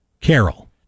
Carol